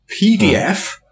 PDF